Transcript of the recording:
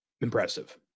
impressive